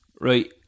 right